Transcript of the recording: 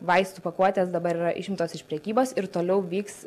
vaistų pakuotės dabar yra išimtos iš prekybos ir toliau vyks